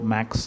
Max